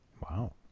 Wow